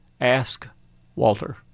AskWalter